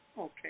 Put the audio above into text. Okay